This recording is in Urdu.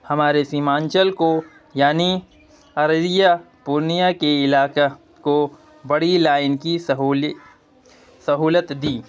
ہمارے سیمانچل کو یعنی ارریہ پورنیہ کے علاقہ کو بڑی لائن کی سہولت دی